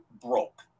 broke